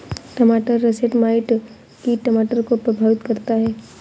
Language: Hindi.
टमाटर रसेट माइट कीट टमाटर को प्रभावित करता है